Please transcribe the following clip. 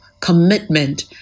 commitment